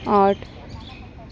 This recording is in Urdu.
آٹھ